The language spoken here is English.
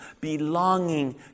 belonging